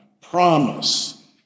promise